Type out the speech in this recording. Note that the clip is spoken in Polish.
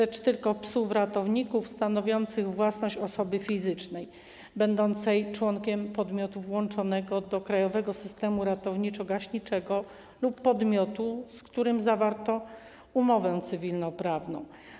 Dotyczy on tylko psów ratowników stanowiących własność osoby fizycznej będącej członkiem podmiotu włączonego do krajowego systemu ratowniczo-gaśniczego lub podmiotu, z którym zawarto umowę cywilnoprawną.